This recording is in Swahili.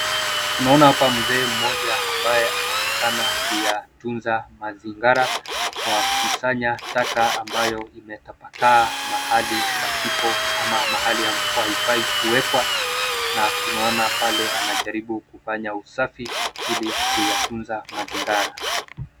Tunaona hapa mzee mmoja ambaye anaonekana kuyatunza mazingira kwa kusanya taka ambayo imetapakaa mahali pasipo ama mahali ambapo haifai kuwekwa na tunaona pale anajaribu kufanya usafi ili kuyatunza mazingira.